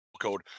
code